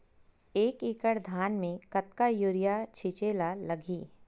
एक एकड़ धान में कतका यूरिया छिंचे ला लगही?